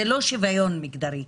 זה לא שוויון מגדרי.